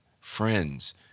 friends